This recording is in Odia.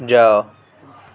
ଯାଅ